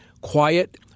quiet